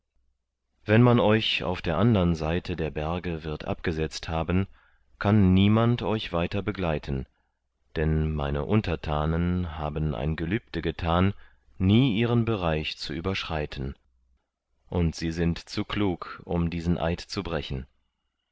wenn man euch auf der andern seite der berge wird abgesetzt haben kann niemand euch weiter begleiten denn meine unterthanen haben ein gelübde gethan nie ihren bereich zu überschreiten und sie sind zu klug um diesen eid zu brechen